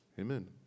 Amen